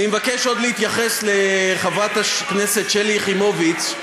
אני מבקש עוד להתייחס לחברת הכנסת שלי יחימוביץ,